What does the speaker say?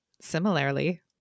similarly